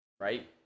right